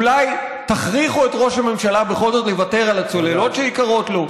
אולי תכריחו את ראש הממשלה בכל זאת לוותר על הצוללות שיקרות לו,